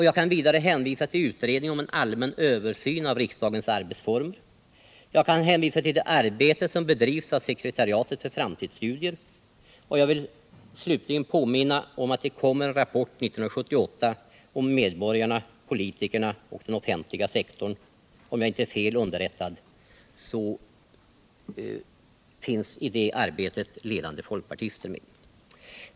Jag kan vidare hänvisa till utredningen om en allmän översyn av riksdagens arbetsformer och det arbete som bedrivs av sekretariatet för framtidsstudier. Slutligen vill jag påminna om att det kommer en rapport 1978 om "medborgarna, politikerna och den offentliga sektorn”. Om jag inte är fel underrättad är ledande folkpartister med i det arbetet.